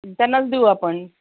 त्यांनाच देऊ आपण